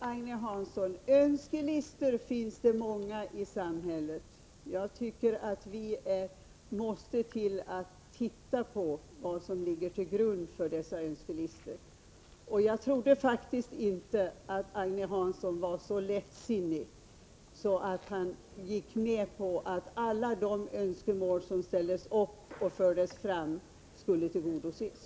Herr talman! Önskelistor finns det många i samhället, Agne Hansson! Jag tycker att vi måste titta på vad som ligger till grund för dessa önskelistor. Och jag trodde faktiskt inte att Agne Hansson var så lättsinnig att han gick med på att alla de önskemål som fördes fram skulle tillgodoses.